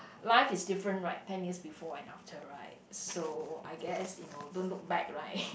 life is different right ten years before and after right so I guess you know don't look back right